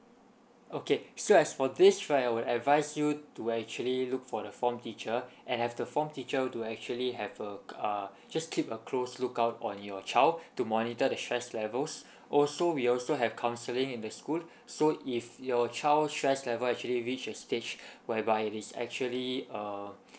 okay so as for this right I will advise you to actually look for the form teacher and have the form teacher to actually have uh uh just keep a close lookout on your child to monitor the stress levels also we also have counselling in the school so if your child stress level actually reach a stage whereby he actually uh